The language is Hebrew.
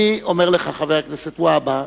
אני אומר לך, חבר הכנסת והבה,